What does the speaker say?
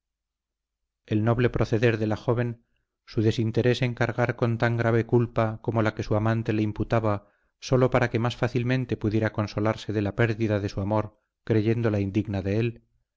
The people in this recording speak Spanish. el noble proceder de la joven su desinterés en cargar con tan grave culpa como la que su amante le imputaba sólo para que más fácilmente pudiera consolarse de la pérdida de su amor creyéndola indigna de él